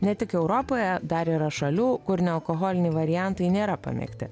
ne tik europoje dar yra šalių kur nealkoholiniai variantai nėra pamėgti